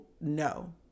no